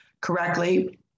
correctly